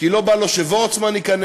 כי לא בא לו שוורצמן ייכנס?